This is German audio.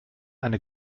eine